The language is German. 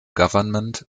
government